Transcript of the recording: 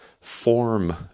form